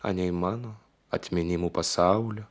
anei mano atminimų pasaulio